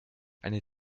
eine